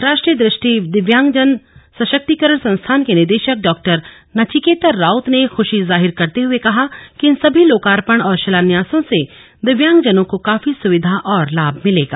राष्ट्रीय दृष्टि दिव्यांगजन सशक्तिकरण संस्थान के निदेशक डॉक्टर नचिकेता राउत ने खूशी जाहिर करते हुए कहा कि इन सभी लोकार्पण और शिलान्यासों से दिव्यांगजनों को काफी सुविधा और लाभ मिलेगा